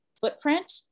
footprint